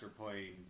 playing